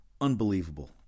unbelievable